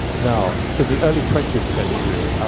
now, in the early twentieth century,